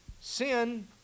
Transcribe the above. Sin